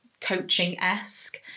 coaching-esque